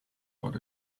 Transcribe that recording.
but